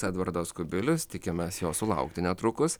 edvardas kubilius tikimės jo sulaukti netrukus